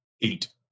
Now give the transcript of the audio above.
Eight